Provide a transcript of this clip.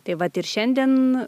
tai vat ir šiandien